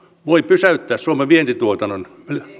voi pysäyttää suomen vientituotannon